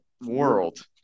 world